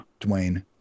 Dwayne